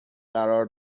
قرار